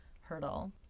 hurdle